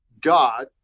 God